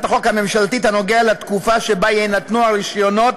החוק הממשלתית הנוגע לתקופה שבה יינתנו הרישיונות,